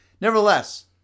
Nevertheless